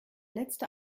letzte